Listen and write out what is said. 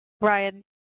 Ryan